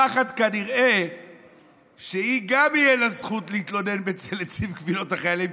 הפחד הוא כנראה שגם לה תהיה זכות להתלונן אצל נציב קבילות החיילים,